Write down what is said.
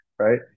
Right